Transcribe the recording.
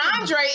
Andre